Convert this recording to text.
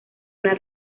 una